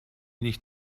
nicht